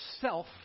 self